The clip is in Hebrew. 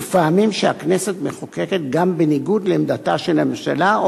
ופעמים שהכנסת מחוקקת גם בניגוד לעמדתה של הממשלה,